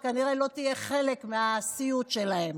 שכנראה לא תהיה חלק מהסיוט שלהם.